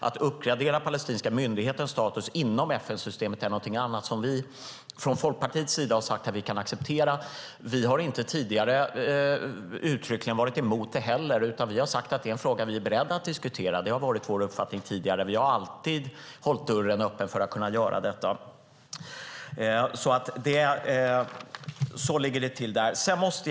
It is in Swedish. Att uppgradera palestinska myndighetens status inom FN-systemet är någonting annat som vi från Folkpartiets sida har sagt att vi kan acceptera. Vi har inte heller tidigare uttryckligen varit emot det, utan vi har sagt att det är en fråga som vi är beredda att diskutera. Det har varit vår uppfattning tidigare. Vi har alltid hållit dörren öppen för att kunna göra detta. Så ligger det till där. Herr talman!